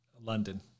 London